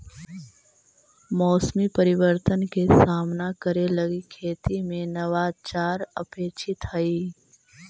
मौसमी परिवर्तन के सामना करे लगी खेती में नवाचार अपेक्षित हई